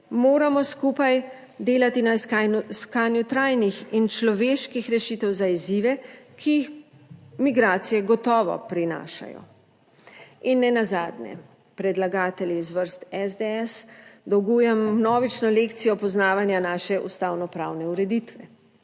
moramo skupaj delati na iskanju trajnih in človeških rešitev za izzive, ki jih migracije gotovo prinašajo. In nenazadnje predlagatelji iz vrst SDS dolgujem vnovično lekcijo poznavanja naše ustavnopravne ureditve.